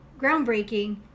groundbreaking